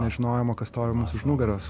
nežinojimo kas stovi mums už nugaros